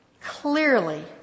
clearly